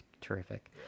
terrific